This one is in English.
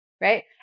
right